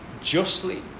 justly